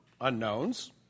unknowns